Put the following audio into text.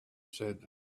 said